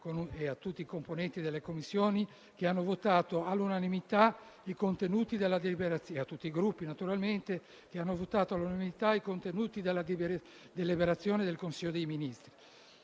tutti i componenti delle Commissioni e tutti i Gruppi che hanno votato all'unanimità i contenuti della deliberazione del Consiglio dei ministri.